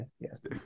yes